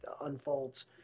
unfolds